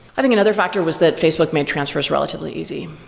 i think another factor was that facebook made transfers relatively easy.